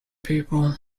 people